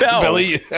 billy